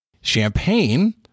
Champagne